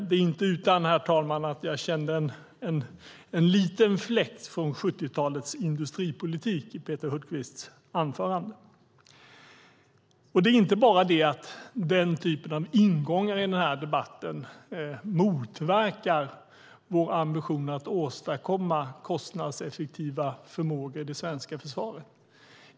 Det är inte utan, herr talman, att jag kände en liten fläkt från 70-talets industripolitik i Peter Hultqvists anförande. Det är inte bara det att den typen av ingångar i den här debatten motverkar vår ambition att åstadkomma kostnadseffektiva förmågor i det svenska försvaret.